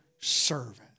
servant